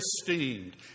esteemed